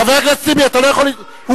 חבר הכנסת טיבי, אתה לא יכול, הם ניסו, אוטובוס.